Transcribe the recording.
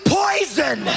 poison